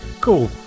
Cool